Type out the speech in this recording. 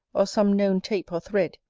or some known tape or thread,